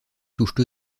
touchent